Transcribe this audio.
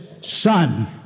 son